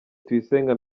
tuyisenge